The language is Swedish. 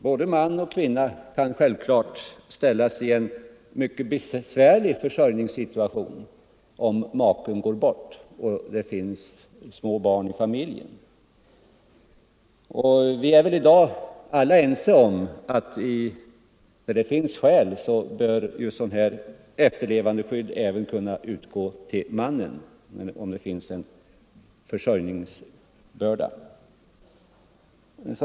Både man och kvinna kan självfallet ställas i en mycket besvärlig försörjningssituation, om makan eller maken går bort och det finns små barn i familjen. Vi är väl i dag ense om att när skäl föreligger härför ett efterlevandeskydd bör kunna utgå även till mannen, om det finns en försörjningsbörda.